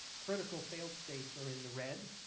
critical failed states are in the red.